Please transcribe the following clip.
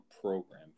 program